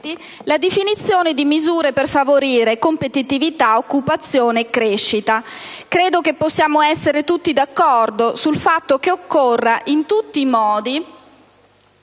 la definizione di misure per favorire competitività, occupazione e crescita. Credo che possiamo essere tutti d'accordo sul fatto che occorra in tutti i modi